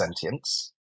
sentience